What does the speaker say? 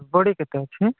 ବଡ଼ି କେତେ ଅଛି